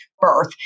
Birth